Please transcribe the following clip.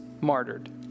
martyred